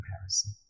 comparison